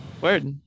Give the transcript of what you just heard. Word